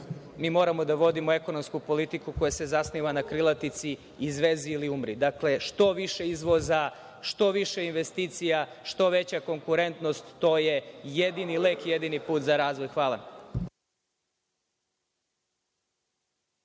mi moramo da vodimo ekonomsku politiku koja se zasniva na krilatici – izvezi ili umri. Dakle, što više izvoza, što više investicija, što veća konkurentnost, i to je jedini lek, jedini put za razvoj. Hvala.(Zoran